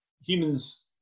humans